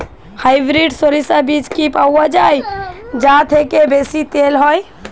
Hybrid শরিষা বীজ কি পাওয়া য়ায় যা থেকে বেশি তেল হয়?